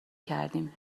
کردیم